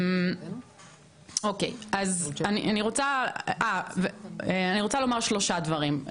אני רוצה לומר שלושה דברים,